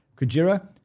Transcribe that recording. Kujira